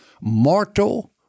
mortal